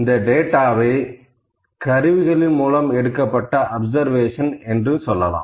இந்த டேட்டாவை கருவிகளின் மூலம் எடுக்கப்பட்ட அப்சர்வேஷன் என்று சொல்லலாம்